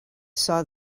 saw